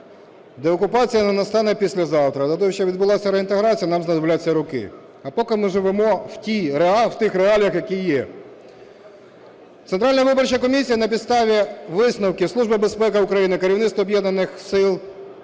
деокупація не настане післязавтра, для того, щоб відбулася реінтеграція, нам знадобляться роки, а поки ми живемо в тих реаліях, які є. Центральна виборча комісія на підставі висновків Служби безпеки України, керівництва Операції об'єднаних сил,